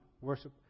worship